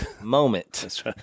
moment